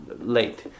late